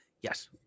Yes